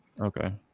Okay